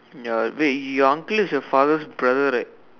ya wait your uncle is your father's brother right